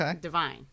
divine